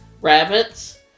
rabbits